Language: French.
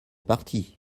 partie